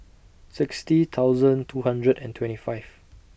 sixty thousand two hundred and twenty Fifth